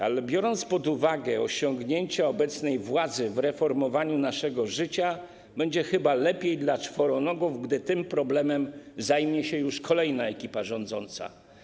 Ale biorąc pod uwagę osiągnięcia obecnej władzy w reformowaniu naszego życia, będzie chyba lepiej dla czworonogów, gdy tym problemem zajmie się już kolejna ekipa rządząca.